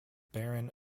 baron